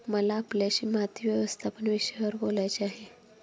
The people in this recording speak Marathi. मला आपल्याशी माती व्यवस्थापन विषयावर बोलायचे आहे